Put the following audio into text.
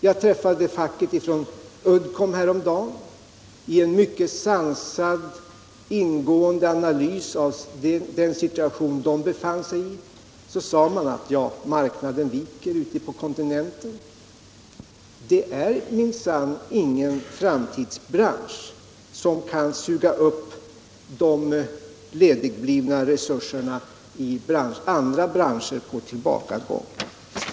Jag mötte facket från Uddcomb häromdagen i en mycket sansad och ingående analys av den situation de befann sig i. Man sade att marknaden viker ute på kontinenten. Det är minsann ingen framtidsbransch, som kan suga upp de ledigblivna resurserna i andra branscher på tillbakagång.